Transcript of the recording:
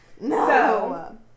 No